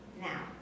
Now